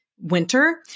winter